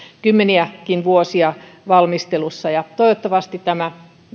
kymmeniäkin vuosia valmistelussa toivottavasti tämä